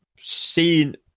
seen